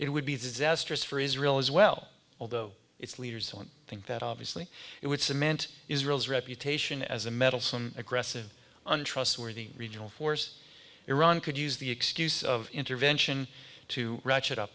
it would be disastrous for israel as well although its leaders on think that obviously it would cement israel's reputation as a meddlesome aggressive untrustworthy regional force iran could use the excuse of intervention to ratchet up